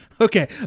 Okay